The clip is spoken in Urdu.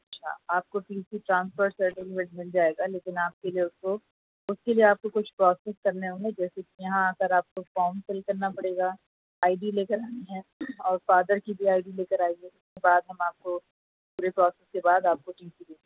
اچھا آپ کو ٹی سی ٹرانسفر سرٹیفکٹ مِل جائے گا لیکن آپ کو جو ہے سو اُس کے لیے آپ کو کچھ پروسیس کر نے ہوں گے جیسے کہ یہاں آکر آپ کو فارم فل کرنا پڑے گا آئی ڈی لے کر آنی ہے اور فادر کی بھی آئی ڈی لے کر آئیے اُس کے بعد ہم آپ کو پورے پروسیس کے بعد آپ کو ٹی سی دیں گے